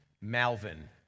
Malvin